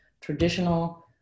traditional